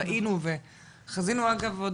ראינו וחזינו אגב,